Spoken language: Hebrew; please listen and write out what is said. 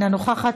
אינה נוכחת,